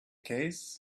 case